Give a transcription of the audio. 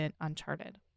Uncharted